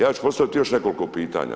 Ja ću postaviti još nekoliko pitanja.